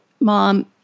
mom